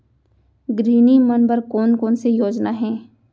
गृहिणी मन बर कोन कोन से योजना हे?